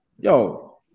yo